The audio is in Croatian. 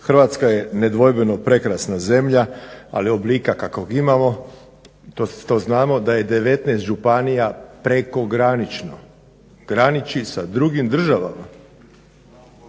Hrvatska je nedvojbeno prekrasna zemlja ali oblika kakvog imamo, to znamo da je 19 županija prekogranično, graniči sa drugim državama.